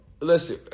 Listen